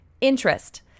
interest